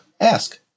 ask